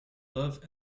loved